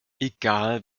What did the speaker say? egal